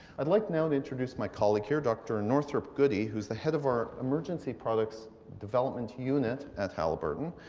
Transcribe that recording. i'd like now to introduce my colleague here, dr. and northrop goody, who's the head of our emergency products development unit at halliburton.